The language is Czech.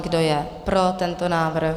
Kdo je pro tento návrh?